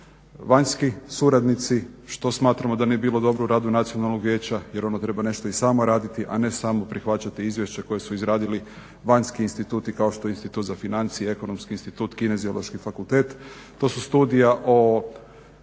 vanjski suradnici što smatramo da nije bilo dobro u radu nacionalnog vijeća jer ono treba nešto i samo raditi, a ne samo prihvaćati izvješće koje su izradili vanjski instituti kao što je Institut za financije, Ekonomski institut, Kineziološki fakultet. To su studija o